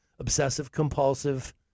obsessive-compulsive